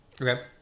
Okay